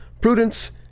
prudence